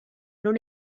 non